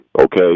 Okay